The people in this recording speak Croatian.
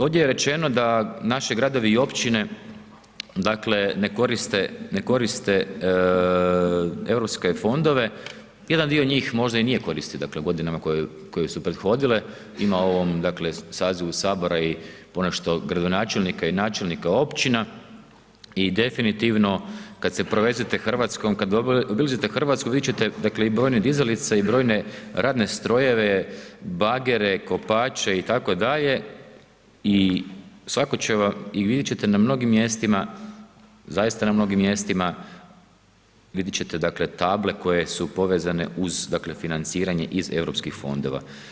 Ovdje je rečeno da naši gradovi i općine dakle ne koriste europske fondove, jedan dio njih možda i nije koristio dakle u godinama koje su prethodile, ima u ovom sazivu Sabora i ponešto gradonačelnika i načelnika općina i definitivno kad se provezete RH, kad uđete u RH, vidjet ćete, dakle, i brojne dizalice i brojne radne strojeve, bagere kopače itd. i svatko će vam, i vidjet ćete na mnogim mjestima, zaista na mnogim mjestima, vidjet ćete, dakle, table koje su povezane uz, dakle, financiranje iz Europskih fondova.